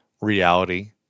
reality